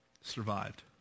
survived